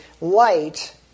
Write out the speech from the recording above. light